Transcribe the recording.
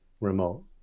remote